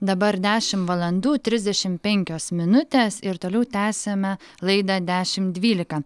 dabar dešimt valandų trisdešimt penkios minutės ir toliau tęsiame laidą dešimt dvylika